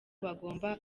bagomba